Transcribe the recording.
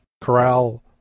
corral